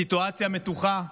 סיטואציה מתוחה,